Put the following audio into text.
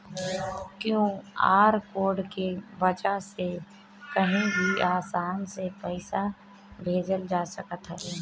QR code के वजह से कही भी आसानी से पईसा भेजल जा सकत हवे